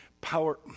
power